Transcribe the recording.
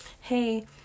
hey